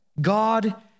God